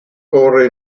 corre